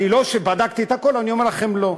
לא שבדקתי את הכול, אני אומר לכם: לא.